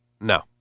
No